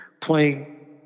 playing